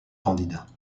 candidats